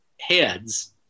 heads